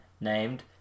named